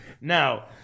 Now